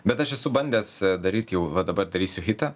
bet aš esu bandęs daryti jau va dabar darysiu hitą